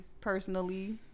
personally